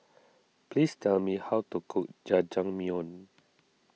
please tell me how to cook Jajangmyeon